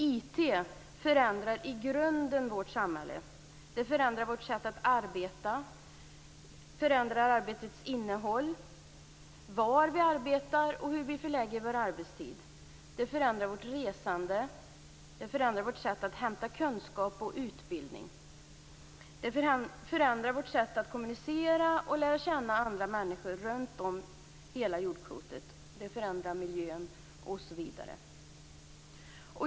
IT förändrar i grunden vårt samhälle. Det förändrar vårt sätt att arbeta. Det förändrar arbetets innehåll, var vi arbetar och hur vi förlägger vår arbetstid. Det förändrar vårt resande. Det förändrar vårt sätt att hämta kunskap och utbildning. Det förändrar vårt sätt att kommunicera och lära känna andra människor runt hela jordklotet. Det förändrar miljön osv.